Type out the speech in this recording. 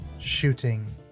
shooting